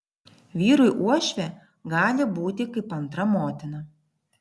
vyrui uošvė gali būti kaip antra motina